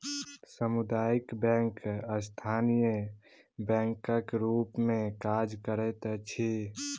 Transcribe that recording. सामुदायिक बैंक स्थानीय बैंकक रूप मे काज करैत अछि